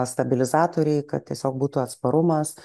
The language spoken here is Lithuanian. stabilizatoriai kad tiesiog būtų atsparumas